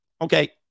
Okay